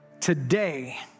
today